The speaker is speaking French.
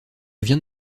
viens